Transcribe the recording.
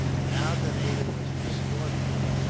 now that ada was restored to her,